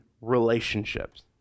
relationships